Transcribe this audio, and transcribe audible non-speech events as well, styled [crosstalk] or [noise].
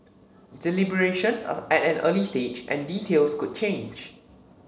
deliberations are [unintelligible] at an early stage and details could change